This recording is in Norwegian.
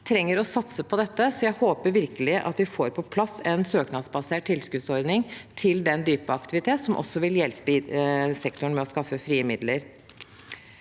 man trenger å satse på dette, så jeg håper virkelig at vi får på plass en søknadsbasert tilskuddsordning til den typen aktivitet, som vil hjelpe sektoren med å skaffe frie midler.